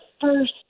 first